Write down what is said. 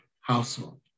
household